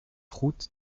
route